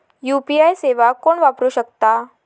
UPI सेवा कोण वापरू शकता?